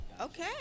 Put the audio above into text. okay